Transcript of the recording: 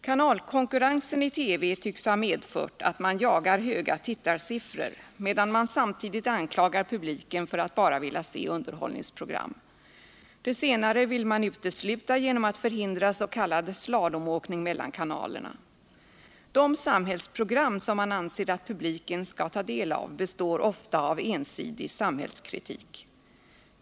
Kanalkonkurrensen i TV tycks ha medfört att man jagar höga tittarsiffror medan man samtidigt anklagar publiken för att bara vilja se underhållningsprogram. Det senare vill man utesluta genom att förhindra s.k. slalomåkning mellan kanalerna. De samhällsprogram som man anser att publiken skall ta del av består ofta av ensidig samhällskritik.